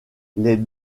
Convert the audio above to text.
les